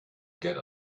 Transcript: get